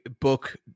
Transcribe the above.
book